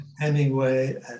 Hemingway